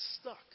stuck